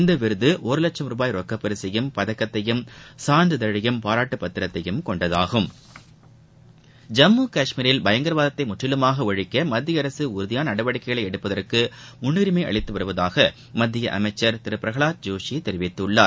இந்த விருது ஒரு வட்சம் ரூபாய் ரொக்கப்பரிசையும் பதக்கத்தையும் சான்றிதழையும் பாராட்டு பத்திரத்தையும் கொண்டதாகும் ஜம்மு காஷ்மீரில் பயங்கரவாதத்தை முற்றிலுமாக ஒழிக்க மத்திய அரசு உறுதியாள நடவடிக்கைகளை எடுப்பதற்கு முன்னுரிமை அளித்து வருவதாக மத்திய அமைச்சர் திரு பிரகலாத் ஜோஷி தெரிவித்துள்ளார்